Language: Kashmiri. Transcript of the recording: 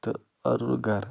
تہٕ اَنُن گَرٕ